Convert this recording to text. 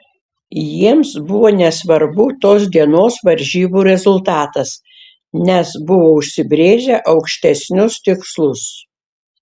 jiems buvo nesvarbu tos dienos varžybų rezultatas nes buvo užsibrėžę aukštesnius tikslus